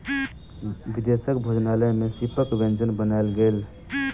विदेशक भोजनालय में सीपक व्यंजन बनायल गेल